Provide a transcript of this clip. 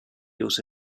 also